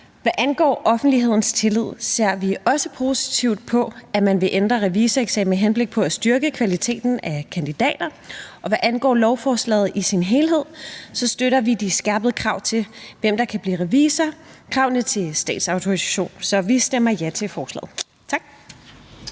Hvad angår offentlighedens tillid ser vi også positivt på, at man vil ændre revisoreksamenen med henblik på at styrke kvaliteten af kandidater. Og hvad angår lovforslaget i sin helhed, støtter vi de skærpede krav til, hvem der kan blive revisor, kravene til statsautorisation, så vi stemmer ja til forslaget. Tak.